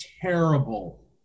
terrible